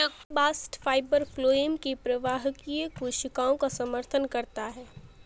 bast fibre phloem की प्रवाहकीय कोशिकाओं का समर्थन करता है